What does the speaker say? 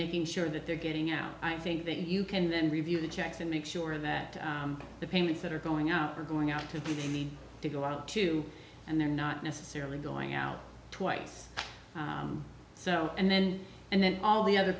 making sure that they're getting out i think that you can then review the checks and make sure that the payments that are going out are going out to be need to go out too and they're not necessarily going out twice so and then and then all the other